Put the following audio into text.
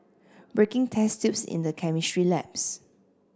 breaking test tubes in the chemistry labs